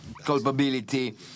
culpability